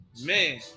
Man